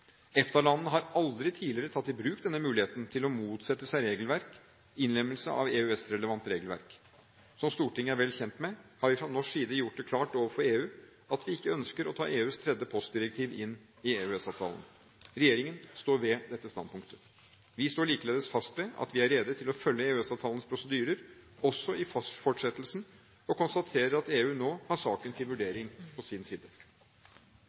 har aldri tidligere tatt i bruk denne muligheten til å motsette seg innlemmelse av EØS-relevant regelverk. Som Stortinget er vel kjent med, har vi fra norsk side gjort det klart overfor EU at vi ikke ønsker å ta EUs tredje postdirektiv inn i EØS-avtalen. Regjeringen står ved dette standpunktet. Vi står likeledes fast ved at vi er rede til å følge EØS-avtalens prosedyrer også i fortsettelsen, og konstaterer at EU nå har saken til vurdering på sin side.